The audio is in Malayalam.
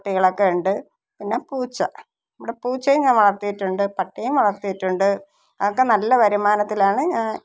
പിന്നെ പൂച്ച നമ്മുടെ പൂച്ചയും ഞാന് വളർത്തീട്ടുണ്ട് പട്ടിയേയും വളർത്തീട്ടുണ്ട് അതൊക്കെ നല്ല വരുമാനത്തിലാണ് ഞാന്